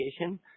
education